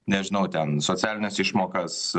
nežinau ten socialines išmokas